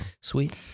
Sweet